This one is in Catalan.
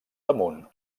damunt